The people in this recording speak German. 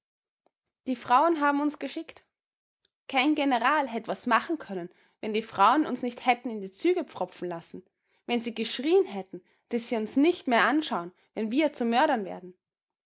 die frauen haben uns geschickt kein general hätt was machen können wenn die frauen uns nicht hätten in die züge pfropfen lassen wenn sie geschrien hätten daß sie uns nicht mehr anschaun wenn wir zu mördern werden